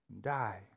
die